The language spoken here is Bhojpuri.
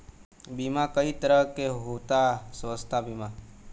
बीमा कई तरह के होता स्वास्थ्य बीमा?